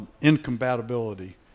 incompatibility